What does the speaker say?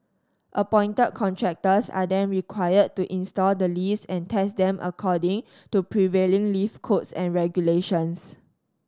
appointed contractors are then required to install the lifts and test them according to prevailing lift codes and regulations